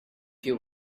you